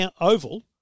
Oval